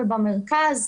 ובמרכז,